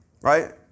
right